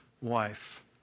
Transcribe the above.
wife